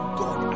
god